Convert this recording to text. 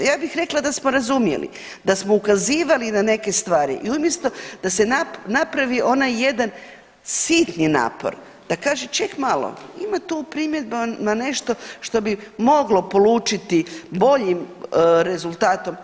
Ja bih rekla da smo razumjeli, da smo ukazivali na neke stvari i umjesto da se napravi onaj jedan sitni napor da kaže ček malo ima tu u primjedbama nešto što bi moglo polučiti boljim rezultatom.